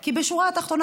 כי בשורה התחתונה,